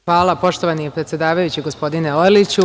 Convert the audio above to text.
Hvala, poštovani predsedavajući, gospodine Orliću.